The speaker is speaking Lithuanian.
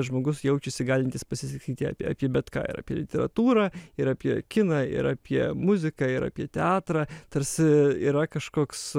žmogus jaučiasi galintis pasisakyti apie apie bet ką ir apie literatūrą ir apie kiną ir apie muziką ir apie teatrą tarsi yra kažkoks